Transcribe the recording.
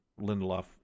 Lindelof